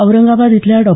औरंगाबाद इथल्या डॉ